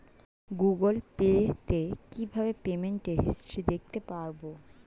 Google Pay তে কিভাবে payment history দেখতে পারবো?